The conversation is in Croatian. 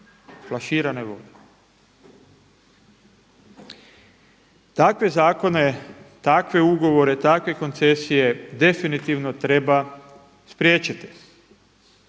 flaširane vode. Takve zakone, takve ugovore, takve koncesije definitivno treba spriječiti.